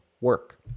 work